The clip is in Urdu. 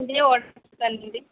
آڈر کر لی